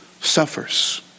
suffers